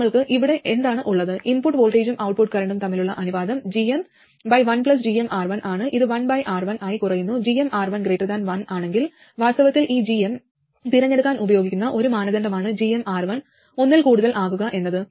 നമ്മൾക്ക് ഇവിടെ എന്താണ് ഉള്ളത് ഇൻപുട്ട് വോൾട്ടേജും ഔട്ട്പുട്ട് കറന്റും തമ്മിലുള്ള അനുപാതം gm1gmR1ആണ് ഇത്1R1 ആയി കുറയുന്നു gmR1 1 ആണെങ്കിൽ വാസ്തവത്തിൽ ഈ gm തിരഞ്ഞെടുക്കാൻ ഉപയോഗിക്കുന്ന ഒരു മാനദണ്ഡമാണ് gmR1 ഒന്നിൽ കൂടുതൽ ആകുക എന്നത്